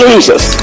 Jesus